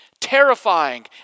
terrifying